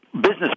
business